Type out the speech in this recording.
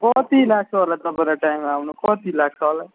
कति लाग्छ होला तपाईँलाई टाइम आउनु कति लाग्छ होला